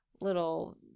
little